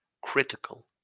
critical